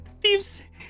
thieves